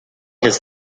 has